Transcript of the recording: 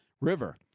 River